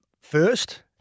first